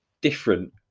different